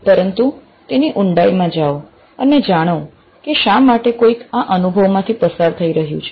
પરંતુ તેની ઊંડાઈમાં જાઓ અને જાણો કે શા માટે કોઈક આ અનુભવમાંથી પસાર થઈ રહ્યું છે